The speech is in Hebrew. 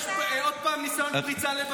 גם הוא לא מתאים להם.